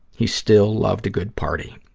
he still loved a good party.